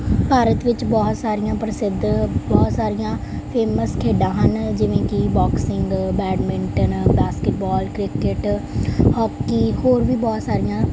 ਭਾਰਤ ਵਿੱਚ ਬਹੁਤ ਸਾਰੀਆਂ ਪ੍ਰਸਿੱਧ ਬਹੁਤ ਸਾਰੀਆਂ ਫੇਮਸ ਖੇਡਾਂ ਹਨ ਜਿਵੇਂ ਕਿ boxing badminton basketball cricket hockey ਹੋਰ ਵੀ ਬਹੁਤ ਸਾਰੀਆਂ